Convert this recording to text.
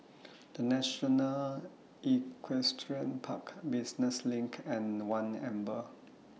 The National Equestrian Park Business LINK and one Amber